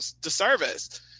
disservice